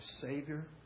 Savior